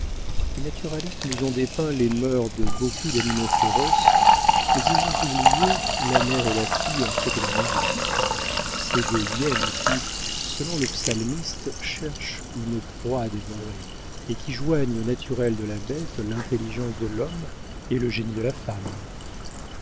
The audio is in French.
les naturalistes nous ont dépeint les mœurs de beaucoup d'animaux féroces mais ils ont oublié la mère et la fille en quête d'un mari ce sont des hyènes qui selon le psalmiste cherchent une proie à dévorer et qui joignent au naturel de la bête l'intelligence de l'homme et le génie de la femme